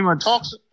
talks